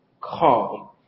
calm